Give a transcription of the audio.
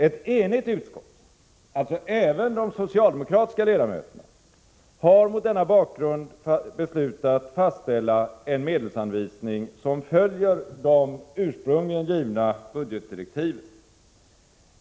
Ett enigt utskott — alltså även de socialdemokratiska ledamöterna — har mot denna bakgrund beslutat fastställa en medelsanvisning som följer de ursprungliga budgetdirektiven.